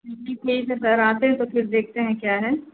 ठीक है सर आते हैं तो फ़िर देखते हैं क्या है